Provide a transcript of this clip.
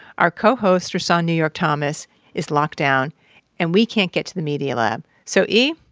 our co-host rahsaan new york thomas is locked down and we can't get to the media lab. so e,